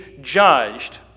judged